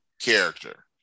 character